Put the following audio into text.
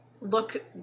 look